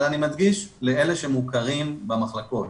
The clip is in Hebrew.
אבל אני מדגיש לאלה שמוכרים במחלקות,